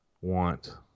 want